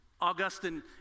Augustine